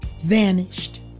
vanished